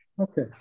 Okay